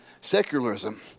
secularism